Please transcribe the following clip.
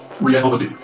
reality